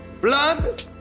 blood